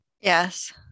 Yes